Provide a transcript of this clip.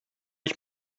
ich